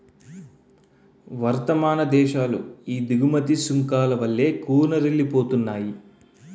వర్థమాన దేశాలు ఈ దిగుమతి సుంకాల వల్లే కూనారిల్లిపోతున్నాయి